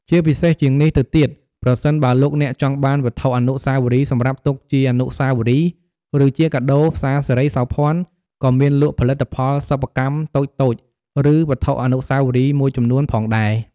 ពិសេសជាងនេះទៅទៀតប្រសិនបើលោកអ្នកចង់បានវត្ថុអនុស្សាវរីយ៍សម្រាប់ទុកជាអនុស្សាវរីយ៍ ឬជាកាដូ ផ្សារសិរីសោភ័ណក៏មានលក់ផលិតផលសិប្បកម្មតូចៗ ឬវត្ថុអនុស្សាវរីយ៍មួយចំនួនផងដែរ។